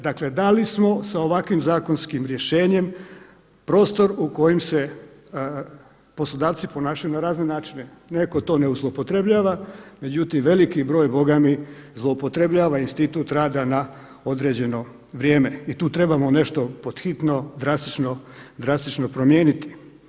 Dakle da li smo s ovakvim zakonskim rješenjem prostor u kojem se poslodavci ponašaju na razne načine, neko to ne zloupotrebljava, međutim veliki broj … zloupotrebljava institut rada na određeno vrijeme i tu trebamo nešto pod hitno drastično promijeniti.